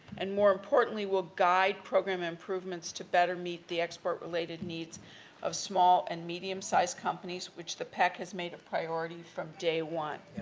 and, more importantly, will guide program improvements to better meet the export related needs of small and medium-sized companies, which the pec has make a priority from day one.